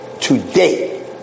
Today